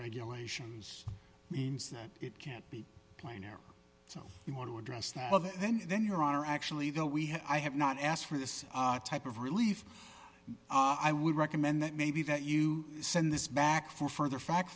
regulations means that it can't be plainer so you want to address that other then then your honor actually though we have i have not asked for this type of relief i would recommend that maybe that you send this back for further fact